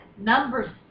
Number